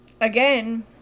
again